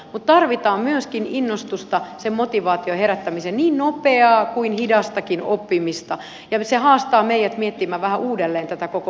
mutta tarvitaan myöskin innostusta sen motivaation herättämiseen niin nopeaa kuin hidastakin oppimista ja se haastaa meidät miettimään vähän uudelleen tätä koko kuviota